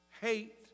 hate